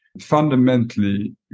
fundamentally